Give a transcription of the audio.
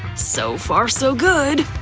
so far, so good,